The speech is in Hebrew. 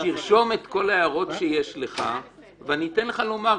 תרשום את כל ההערות שיש לך ואני אתן לך לומר.